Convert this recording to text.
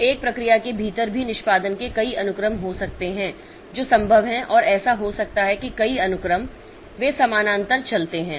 तो एक प्रक्रिया के भीतर भी निष्पादन के कई अनुक्रम हो सकते हैं जो संभव हैं और ऐसा हो सकता है कि कई अनुक्रम वे समानांतर चलते हैं